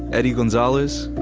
eddie gonzalez,